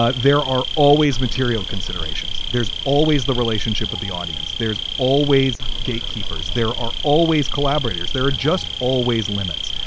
ah there are always material considerations. there's always the relationship of the audience. there's always gatekeepers. there are always collaborators. there are just always limits.